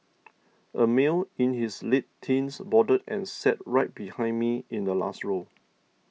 a male in his late teens boarded and sat right behind me in the last row